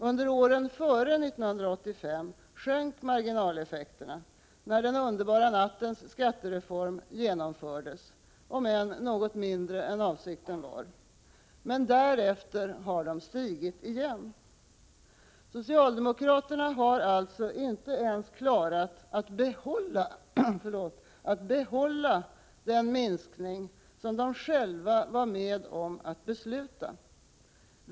Under åren före 1985 sjönk marginaleffekterna sedan den underbara nattens skattereform genomförts, om än något mindre än avsikten var. Men därefter har de stigit igen. Socialdemokraterna har alltså inte ens klarat att behålla den minskning som de själva var med om att besluta.